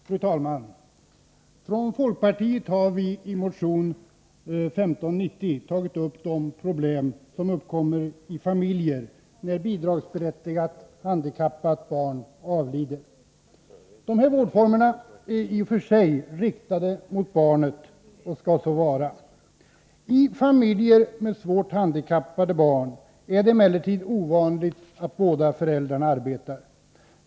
Fru talman! Från folkpartiet har vi i motion 1590 tagit upp de problem som uppkommer i familjer när bidragsberättigat handikappat barn avlider. De här vårdformerna är i och för sig riktade mot barnet, och skall så vara. I familjer med svårt handikappade barn är det emellertid ovanligt att båda föräldrarna arbetar.